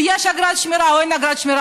יש אגרת שמירה או אין אגרת שמירה,